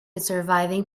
surviving